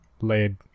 laid